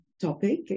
topic